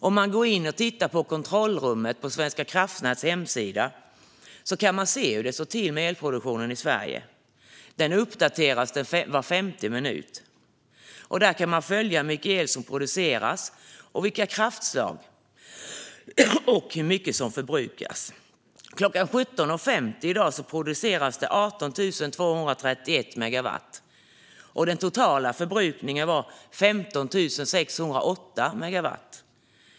Om man går in och tittar i kontrollrummet på Svenska kraftnäts hemsida kan man se hur det står till med elproduktionen i Sverige. Sidan uppdateras var femte minut, och där kan man följa hur mycket el som produceras, av vilka kraftslag och hur mycket som förbrukas. Klockan 17.50 i dag producerades det 18 231 megawatt. Den totala förbrukningen var 15 608 megawatt.